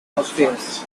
obvious